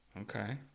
Okay